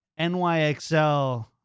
NYXL